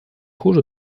хуже